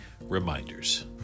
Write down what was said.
reminders